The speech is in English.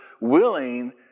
Willing